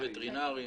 וטרינרים.